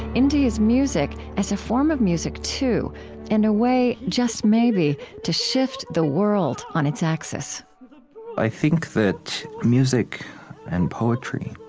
into his music as a form of music too and a way, just maybe, to shift the world on its axis i think that music and poetry,